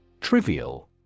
Trivial